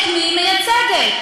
את מי היא מייצגת,